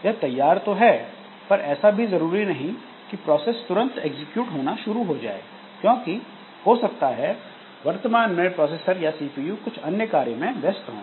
यह तैयार तो है पर ऐसा भी जरूरी नहीं कि प्रोसेस तुरंत एग्जीक्यूट होना शुरू हो जाए क्योंकि हो सकता है वर्तमान में प्रोसेसर या सीपीयू कुछ अन्य कार्य में व्यस्त हों